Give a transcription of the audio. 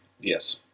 Yes